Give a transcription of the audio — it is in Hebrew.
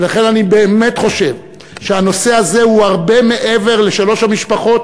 ולכן אני באמת חושב שהנושא הזה הוא הרבה מעבר לשלוש המשפחות,